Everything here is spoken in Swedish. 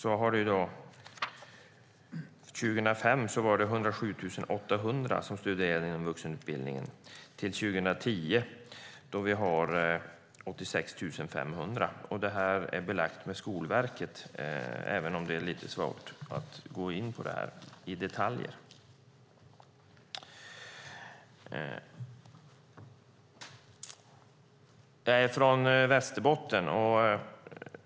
År 2005 var det 107 800 som studerade inom vuxenutbildningen. År 2010 var det 86 500. Dessa uppgifter har bekräftats från Skolverket, även om det är lite svårt att gå in på detta i detalj. Jag är från Västerbotten.